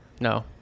No